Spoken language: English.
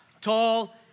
Tall